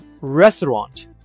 restaurant